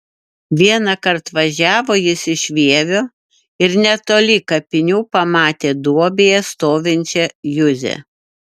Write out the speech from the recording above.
vienąkart važiavo jis iš vievio ir netoli kapinių pamatė duobėje stovinčią juzę